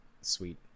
Sweet